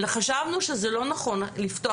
חשבנו שזה לא נכון לפתו,